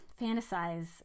fantasize